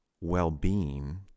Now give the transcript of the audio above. well-being